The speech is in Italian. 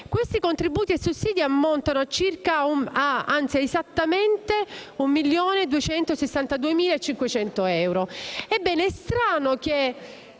Questi contributi e sussidi ammontano esattamente a 1.262.500 euro. Ebbene, è strano che,